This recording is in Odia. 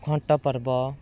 ଘଣ୍ଟ ପର୍ବ